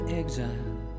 exile